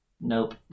Nope